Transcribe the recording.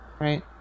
right